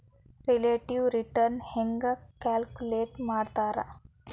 relative return ಹೆಂಗ calculate ಮಾಡ್ತಾರಾ